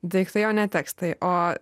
daiktai o ne tekstai o